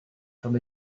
from